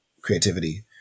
creativity